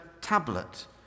tablet